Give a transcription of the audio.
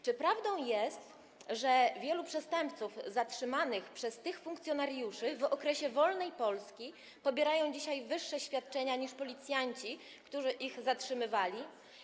Czy prawdą jest, że wielu przestępców zatrzymanych przez tych funkcjonariuszy w okresie wolnej Polski pobiera dzisiaj wyższe świadczenia niż policjanci, którzy ich zatrzymywali?